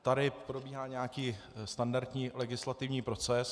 Tady probíhá nějaký standardní legislativní proces.